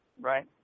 right